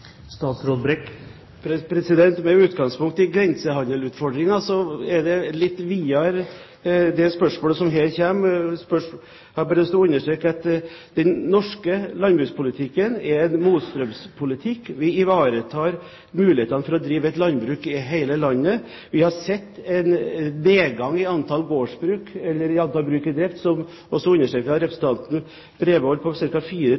Med utgangspunkt i grensehandelsutfordringen er det spørsmålet som kom her, litt videre. Jeg har bare lyst til å understreke at den norske landbrukspolitikken er en motstrømspolitikk. Vi ivaretar mulighetene for å drive landbruk i hele landet. Vi har sett en nedgang i antall gårdsbruk i drift, som også ble understreket av representanten Bredvold, på ca. 4 400 gårdsbruk de siste fire